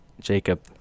Jacob